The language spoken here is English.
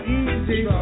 easy